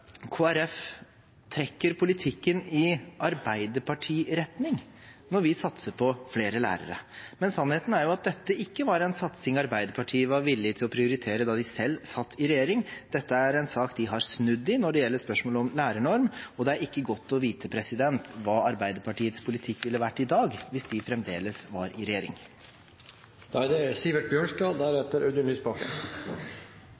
Folkeparti trekker politikken i Arbeiderparti-retning når vi satser på flere lærere. Men sannheten er at dette ikke var en satsing Arbeiderpartiet var villig til å prioritere da de selv satt i regjering. Dette er en sak de har snudd i, når det gjelder spørsmålet om lærernorm, og det er ikke godt å vite hva Arbeiderpartiets politikk ville vært i dag – hvis de fremdeles var i regjering. Like sikkert som at julen kommer hvert år, er det